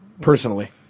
personally